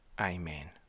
Amen